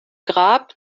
grab